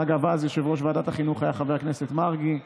אגב, אז יושב-ראש ועדת החינוך היה חבר הכנסת מרגי.